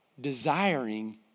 desiring